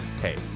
hey